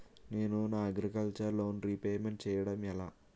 నేను నా agriculture loan repayment చేయడం ఎలా?